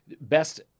best